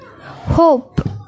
hope